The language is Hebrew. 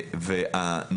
זה מתאים בהגדרה.